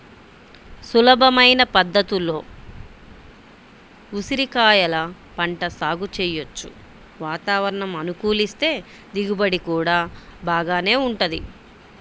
సులభమైన పద్ధతుల్లో ఉసిరికాయల పంట సాగు చెయ్యొచ్చు, వాతావరణం అనుకూలిస్తే దిగుబడి గూడా బాగానే వుంటది